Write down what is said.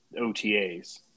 OTAs